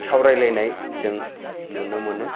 सावरायलायनाय जों नुनो मोनो